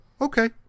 okay